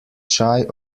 shy